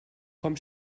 com